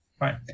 Right